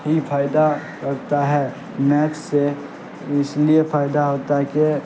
ہی فائدہ لگتا ہے میپ سے اس لیے فائدہ ہوتا ہے کہ